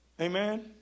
Amen